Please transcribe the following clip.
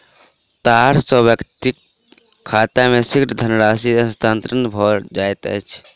तार सॅ व्यक्तिक खाता मे शीघ्र धनराशि हस्तांतरण भ जाइत अछि